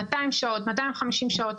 200 שעות, 250 שעות.